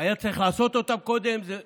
היה צריך לעשות אותם קודם, זה צודק,